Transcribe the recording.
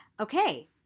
Okay